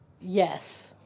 Yes